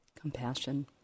compassion